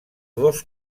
dos